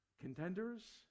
contenders